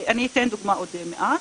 אני אתן דוגמאות עוד מעט.